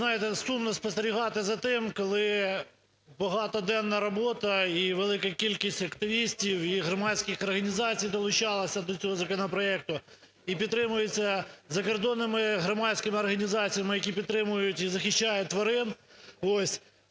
знаєте, сумно спостерігати за тим, коли багатоденна робота і велика кількість активістів і громадських організацій долучалися до цього законопроекту і підтримується закордонними громадськими організаціями, які підтримують і захищають тварин,